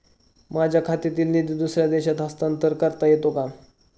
माझ्या खात्यातील निधी दुसऱ्या देशात हस्तांतर करता येते का?